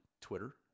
Twitter